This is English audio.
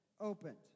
opened